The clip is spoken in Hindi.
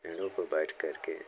पेड़ों पर बैठ करके